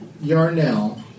Yarnell